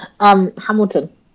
hamilton